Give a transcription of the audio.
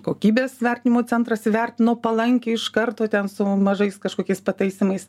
kokybės vertinimo centras įvertino palankiai iš karto ten su mažais kažkokiais pataisymais